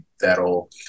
that'll